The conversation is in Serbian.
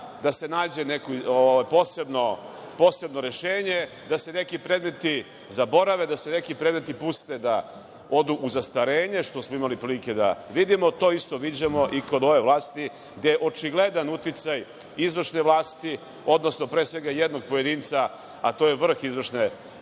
da se nađe neko posebno rešenje, da se neki predmeti zaborave, da se neki predmeti puste da odu u zastarenje, što smo imali prilike da vidimo, to isto viđamo i kod ove vlasti gde je očigledan uticaj izvršne vlasti, odnosno, pre svega jednog pojedinca, a to je vrh izvršne vlasti